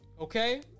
Okay